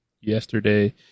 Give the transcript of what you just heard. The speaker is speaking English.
yesterday